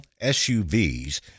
SUVs